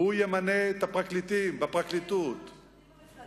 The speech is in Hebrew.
הוא ימנה את הפרקליטים בפרקליטות, אדוני,